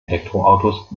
elektroautos